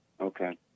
Okay